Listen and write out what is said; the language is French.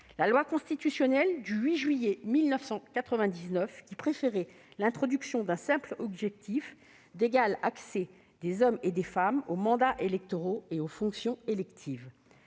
La loi constitutionnelle du 8 juillet 1999, qui préférait l'introduction d'un simple objectif d'« égal accès des hommes et des femmes aux mandats électoraux et aux fonctions électives